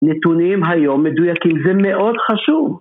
נתונים היום מדויקים, זה מאוד חשוב